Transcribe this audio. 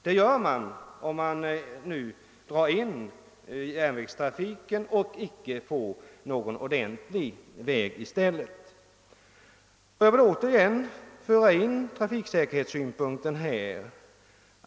Så blir fallet om man drar in järnvägstrafiken och inte får någon ordentlig väg i stället. Jag vill ånyo åberopa trafiksäkerhetssynpunkter.